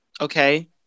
okay